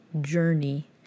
journey